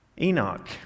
Enoch